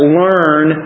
learn